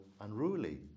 unruly